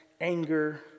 anger